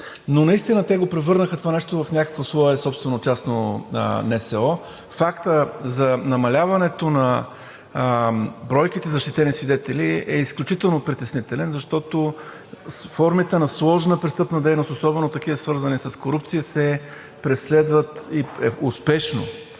Но наистина те превърнаха това нещо в някакво свое собствено частно НСО. Фактът за намаляването на бройките защитени свидетели е изключително притеснителен, защото формите на сложна престъпна дейност, особено такива, свързани с корупция, успешно